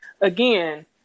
again